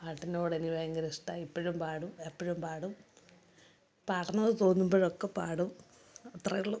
പാട്ടിനോട് എനിക്ക് ഭയങ്കര ഇഷ്ടമാണ് ഇപ്പോഴും പാടും എപ്പോഴും പാടും പാടണമെന്ന് തോന്നുമ്പോഴൊക്കെ പാടും അത്രയേ ഉള്ളൂ